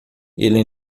ele